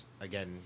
again